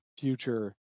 future